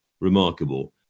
remarkable